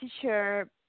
teacher